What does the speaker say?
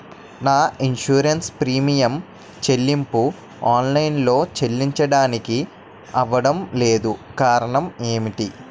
నా insurance premium చెల్లింపు online లో చెల్లించడానికి అవ్వడం లేదు కారణం ఏమిటి?